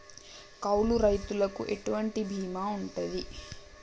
కౌలు రైతులకు ఎటువంటి బీమా ఉంటది?